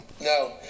No